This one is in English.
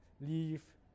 leave